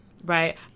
right